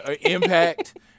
impact